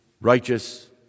righteous